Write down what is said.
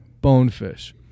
bonefish